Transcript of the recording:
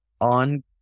on